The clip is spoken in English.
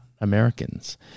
Americans